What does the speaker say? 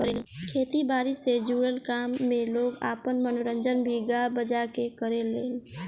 खेती बारी से जुड़ल काम में लोग आपन मनोरंजन भी गा बजा के करेलेन